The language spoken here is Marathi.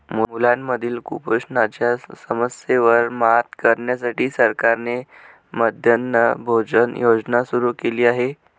मुलांमधील कुपोषणाच्या समस्येवर मात करण्यासाठी सरकारने मध्यान्ह भोजन योजना सुरू केली आहे